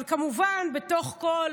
אבל כמובן, בתוך כל